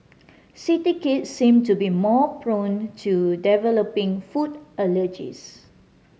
city kids seem to be more prone to developing food allergies